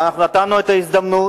אבל אנחנו נתנו את ההזדמנות